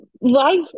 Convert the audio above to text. life